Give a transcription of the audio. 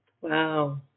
wow